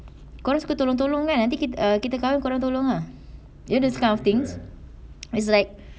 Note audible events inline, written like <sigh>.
kau orang suka tolong-tolong kan nanti kita err kita kahwin kau orang tolong ah this kind of things <noise> it's like